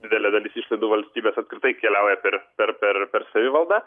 didelė dalis išlaidų valstybės apkritai keliauja per per per per savivaldą